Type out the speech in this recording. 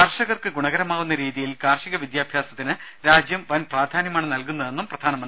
കർഷകർക്ക് ഗുണകരമാകുന്ന രീതിയിൽ കാർഷിക വിദ്യാഭ്യാസത്തിന് രാജ്യം വൻപ്രാധാന്യമാണ് നൽകുന്നതെന്നും പ്രധാനമന്ത്രി പറഞ്ഞു